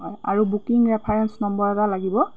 হয় আৰু booking reference number এটা লাগিব